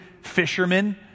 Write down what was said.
fishermen